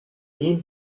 dean